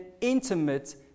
intimate